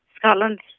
Scotland